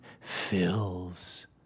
fills